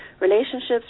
relationships